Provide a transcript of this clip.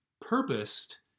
purposed